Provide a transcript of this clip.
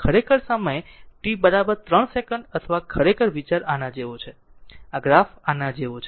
ખરેખર સમયે t 3 second અને ખરેખર વિચાર આના જેવો છે આ ગ્રાફ આના જેવો છે